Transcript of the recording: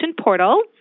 portal